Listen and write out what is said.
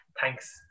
Thanks